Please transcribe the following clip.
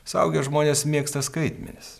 suaugę žmonės mėgsta skaitmenis